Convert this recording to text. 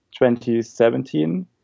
2017